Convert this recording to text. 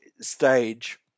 stage